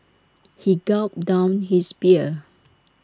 he gulped down his beer